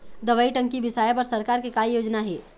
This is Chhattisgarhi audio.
दवई टंकी बिसाए बर सरकार के का योजना हे?